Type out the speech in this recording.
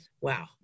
Wow